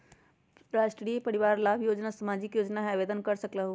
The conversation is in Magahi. राष्ट्रीय परिवार लाभ योजना सामाजिक योजना है आवेदन कर सकलहु?